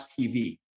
TV